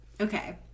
Okay